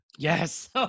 Yes